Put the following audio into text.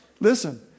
listen